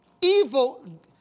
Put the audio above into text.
evil